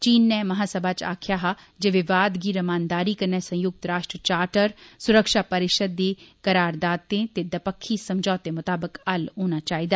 चीन नै महासभा च आक्खेआ हा जे विवाद गी रमानदारी कन्नै संयुक्त राष्ट्र चार्टर सुरक्षा परिषद दी करारदातें ते दपक्खी समझौते मुताबक हल होना चाहिदा